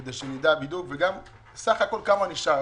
כדי שנדע בדיוק בסך הכול כמה נשאר.